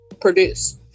produce